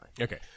Okay